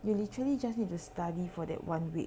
you literally just need to study for that one week